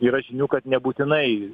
yra žinių kad nebūtinai